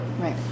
Right